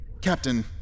Captain